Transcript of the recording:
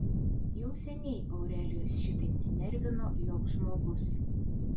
jau seniai aurelijos šitaip nenervino joks žmogus